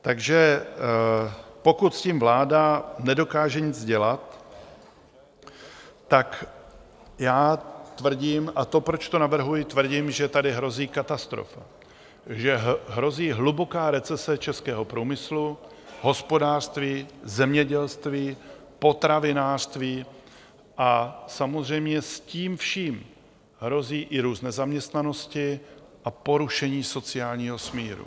Takže pokud s tím vláda nedokáže nic dělat, tak já tvrdím, a to proč to navrhuji, tvrdím, že tady hrozí katastrofa, že hrozí hluboká recese českého průmyslu, hospodářství, zemědělství, potravinářství a samozřejmě s tím vším hrozí i růst nezaměstnanosti a porušení sociálního smíru.